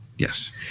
Yes